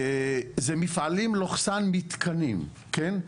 זה מפעלים/מתקנים, כן?